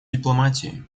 дипломатии